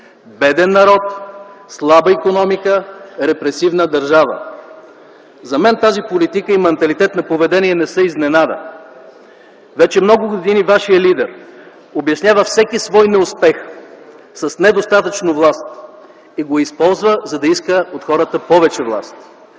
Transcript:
беден народ, слаба икономика, репресивна държава. За мен тази политика и манталитет на поведение не са изненада. Вече много години вашият лидер обяснява всеки свой неуспех с недостатъчна власт и го използва, за да иска от хората повече власт.